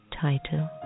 title